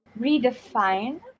redefine